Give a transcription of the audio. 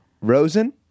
Rosen